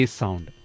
sound